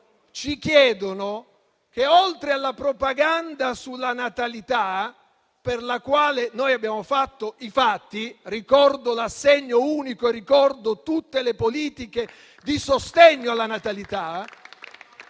e imprese. Oltre alla propaganda sulla natalità, rispetto alla quale noi abbiamo preferito i fatti (ricordo l'assegno unico e ricordo tutte le politiche di sostegno alla natalità)